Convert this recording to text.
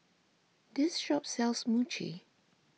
this shop sells Mochi